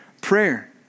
Prayer